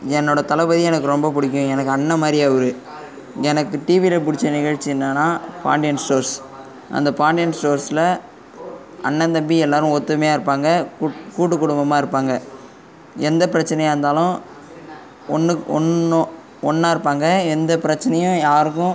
என்னோடய தளபதி எனக்கு ரொம்ப பிடிக்கும் எனக்கு அண்ணன் மாதிரி அவர் எனக்கு டிவியில் பிடிச்ச நிகழ்ச்சி என்னெனான்னா பாண்டியன் ஸ்டோர்ஸ் அந்த பாண்டியன் ஸ்டோர்ஸில் அண்ண தம்பி எல்லோரும் ஒற்றுமையா இருப்பாங்க கூட் கூட்டு குடும்பமாக இருப்பாங்க எந்த பிரச்சினையா இருந்தாலும் ஒன்றுக் ஒன்று ஒன்றா இருப்பாங்க எந்த பிரச்சினையும் யாருக்கும்